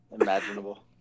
imaginable